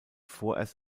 vorerst